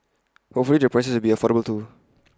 hopefully the prices will be affordable too